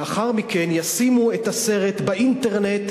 לאחר מכן ישימו את הסרט באינטרנט,